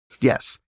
Yes